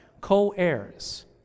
Co-heirs